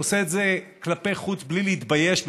הוא עושה את זה כלפי חוץ בלי להתבייש בכלל,